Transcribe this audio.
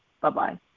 Bye-bye